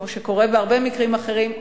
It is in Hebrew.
כמו שקורה בהרבה מקרים אחרים,